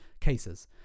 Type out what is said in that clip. cases